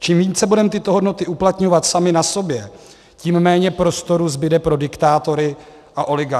Čím více budeme tyto hodnoty uplatňovat sami na sobě, tím méně prostoru zbude pro diktátory a oligarchy.